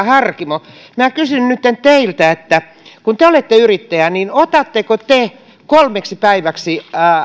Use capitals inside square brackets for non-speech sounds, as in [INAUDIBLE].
[UNINTELLIGIBLE] harkimo minä kysyn nytten teiltä kun te te olette yrittäjä niin otatteko te kolmeksi päiväksi